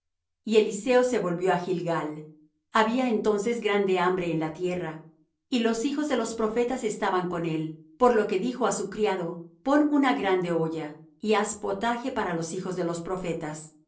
y eliseo se volvió á gilgal había entonces grande hambre en la tierra y los hijos de los profetas estaban con él por lo que dijo á su criado pon una grande olla y haz potaje para los hijos de los profetas